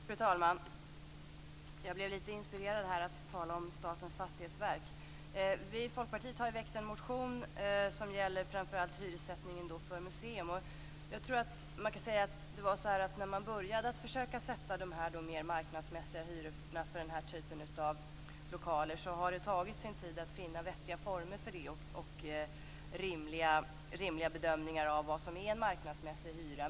Fru talman! Jag blev inspirerad att tala om Statens fastighetsverk. Vi i Folkpartiet har väckt en motion som gäller framför allt hyressättningen för museer. Jag tror att det var så att när man börjat försöka sätta de mer marknadsmässiga hyrorna för den här typen av lokaler har det tagit sin tid att finna vettiga former för det och göra rimliga bedömningar av vad som är en marknadsmässig hyra.